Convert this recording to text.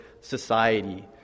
society